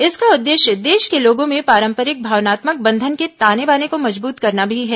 इसका उद्देश्य देश के लोगों में पारंपरिक भावनात्मक बंधन के ताने बाने को मजबूत करना भी है